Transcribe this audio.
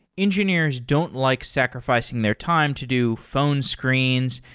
engineers don't like sacrificing their time to do phone screens,